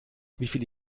wieviele